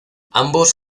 ambos